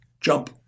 jump